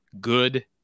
good